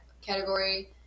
category